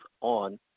on